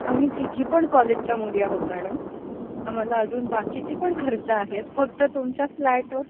आम्ही तिघी पण कॉलेजच्या मुली आहोत मॅडम आम्हाला अजून बाकीचे पण खर्च आहेत फक्त तुमच्या फ्लॅटवर